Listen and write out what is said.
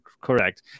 Correct